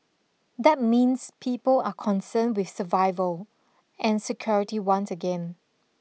that means people are concerned with survival and security once again